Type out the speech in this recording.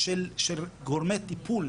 שנייה,